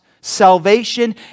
salvation